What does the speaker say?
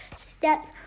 steps